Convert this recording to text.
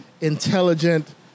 intelligent